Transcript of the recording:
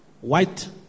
white